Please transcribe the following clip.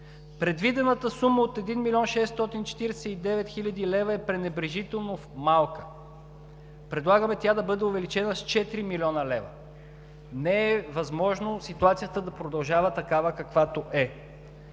Предвидената сума от 1 млн. 649 хил. лв. е пренебрежително малка. Предлагаме тя да бъде увеличена с 4 млн. лв. Не е възможно ситуацията да продължава такава, каквато е.